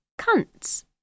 cunts